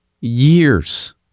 years